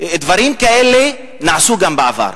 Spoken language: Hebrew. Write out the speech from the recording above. דברים כאלה נעשו גם בעבר.